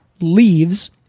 leaves